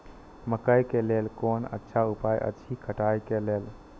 मकैय के लेल कोन अच्छा उपाय अछि कटाई के लेल?